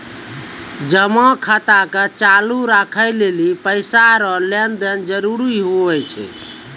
जमा खाता के चालू राखै लेली पैसा रो लेन देन जरूरी हुवै छै